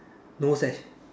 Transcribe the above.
no sash